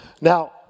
Now